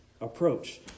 approach